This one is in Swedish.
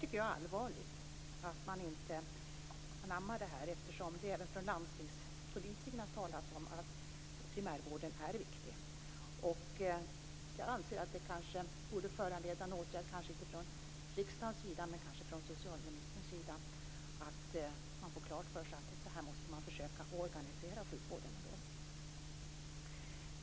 Det är allvarligt att man inte har anammat detta, eftersom det även från landstingspolitikerna talas om att primärvården är viktig. Detta borde föranleda en åtgärd, kanske inte från riksdagen men från socialministern så att man får klart för sig att man måste försöka organisera sjukvården på det sättet.